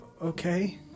okay